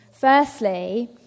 Firstly